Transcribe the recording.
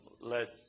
let